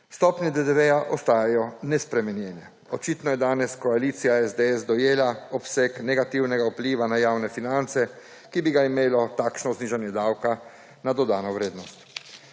Stopnje DDV-ja ostajajo nespremenjene. Očitno je danes koalicija SDS dojela obseg negativnega vpliva na javne finance, ki bi ga imelo takšno znižanje davka na dodano vrednost.